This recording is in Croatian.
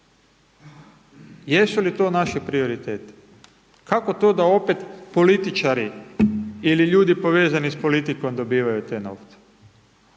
Jesu li to naši prioriteti? Kako to da opet političari ili ljudi povezani s politikom dobivaju te novce?